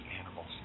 animals